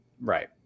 right